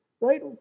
Right